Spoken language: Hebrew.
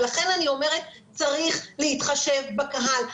לכן אני אומרת שצריך להתחשב בקהל,